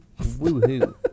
Woohoo